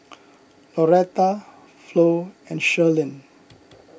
Lauretta Flo and Sherlyn